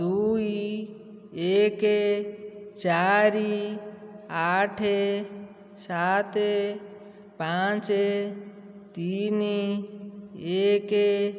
ଦୁଇ ଏକ ଚାରି ଆଠ ସାତ ପାଞ୍ଚ ତିନି ଏକ